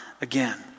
again